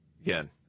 Again